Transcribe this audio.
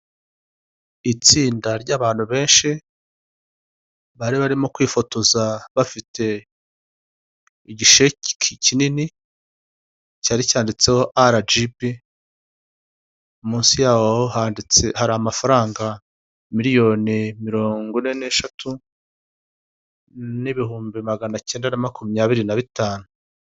Itsinda ry'abantu benshi, bari barimo kwifotoza bafite igisheki kinini, cyari cyanditseho Arajibi, munsi yaho handitse, hari amafaranga miliyoni mirongo ine n'eshatu, n'ibihumbi magana cyenda na makumyabiri na bitanu.